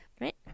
Right